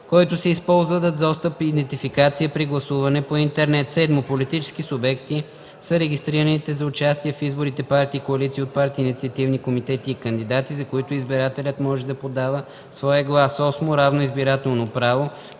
който се използва за достъп и идентификация при гласуване по интернет; 7. „политически субекти” са регистрираните за участие в изборите партии, коалиции от партии, инициативни комитети и кандидати, за които избирателят може да подаде своя глас; 8. „равно избирателно право”